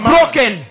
Broken